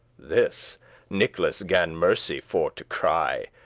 this nicholas gan mercy for to cry,